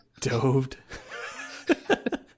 Doved